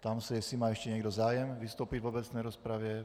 Ptám se, jestli má ještě někdo zájem vystoupit v obecné rozpravě.